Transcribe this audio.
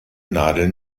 nadel